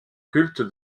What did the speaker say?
culte